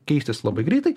keistis labai greitai